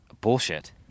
bullshit